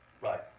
Right